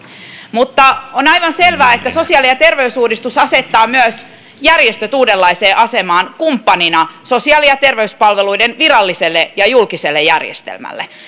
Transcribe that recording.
mutta on aivan selvää että sosiaali ja terveysuudistus asettaa myös järjestöt uudenlaiseen asemaan sosiaali ja terveyspalveluiden virallisen ja julkisen järjestelmän kumppaneina